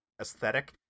aesthetic